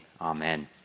amen